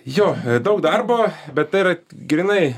jo daug darbo bet tai yra grynai